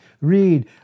Read